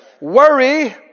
Worry